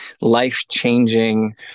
life-changing